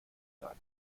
sein